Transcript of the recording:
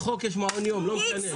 בחוק יש מעון יום, לא משנה.